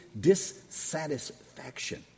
dissatisfaction